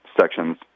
sections